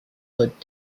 but